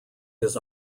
his